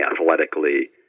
athletically